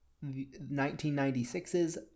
1996's